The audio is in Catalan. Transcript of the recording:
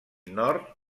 nord